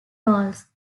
roles